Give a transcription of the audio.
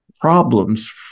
problems